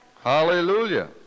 Hallelujah